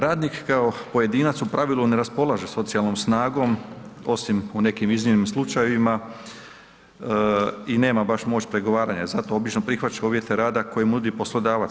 Radnik kao pojedinac u pravilu ne raspolaže socijalnom snagom osim u nekim iznimnim slučajevima i nema baš moć pregovaranja zato obično prihvaća uvjete rada koje nudi poslodavac.